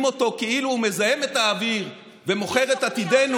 אותו כאילו הוא מזהם את האוויר ומוכר את עתידנו,